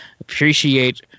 appreciate